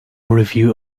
review